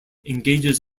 engages